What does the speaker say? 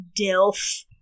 dilf